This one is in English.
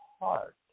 heart